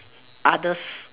others